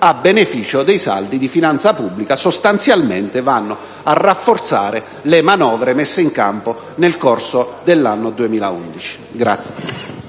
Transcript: a beneficio dei saldi di finanza pubblica. Sostanzialmente vanno a rafforzare le manovre messe in campo nel corso dell'anno 2011.